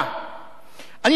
אני אתן לכם עוד מספרים: